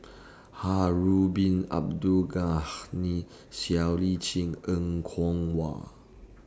Harun Bin Abdul Ghani Siow Lee Chin Er Kwong Wah